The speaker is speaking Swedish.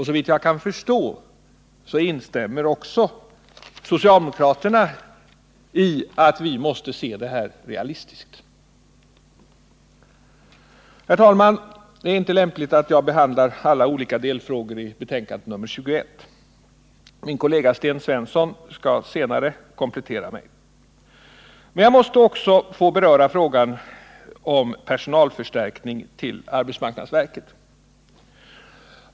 Såvitt jag kan förstå instämmer också socialdemokraterna i att vi måste se detta realistiskt. Herr talman! Det är inte lämpligt att jag behandlar alla olika delfrågor i betänkandet nr 21. Min kollega Sten Svensson skall senare komplettera mig. Men jag måste också få beröra frågan om personalförstärkning till arbetsmarknadsverket.